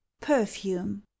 perfume